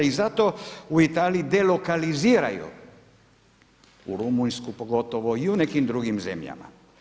I zato u Italiji delokaliziraju u Rumunjsku pogotovo i u nekim drugim zemljama.